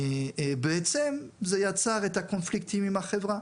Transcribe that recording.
בעצם זה יצר את הקונפליקטים עם החברה